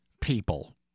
people